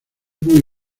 muy